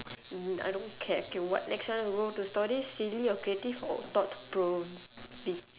mm I don't care okay what next one move to stories silly or creative or thought proving